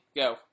Go